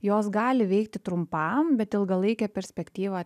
jos gali veikti trumpam bet ilgalaikę perspektyvą